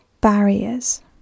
barriers